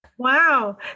Wow